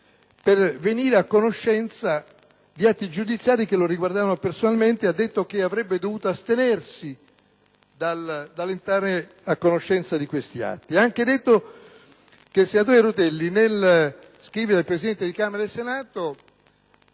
per venire a conoscenza di atti giudiziari che lo riguardavano personalmente e che avrebbe dovuto astenersi dall'entrare a conoscenza di tali atti. Egli ha anche detto che il senatore Rutelli, nello scrivere al Presidenti di Camera e Senato,